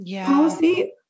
policy